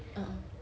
a'ah